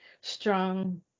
strong